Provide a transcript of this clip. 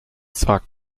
zwar